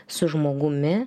su žmogumi